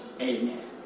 Amen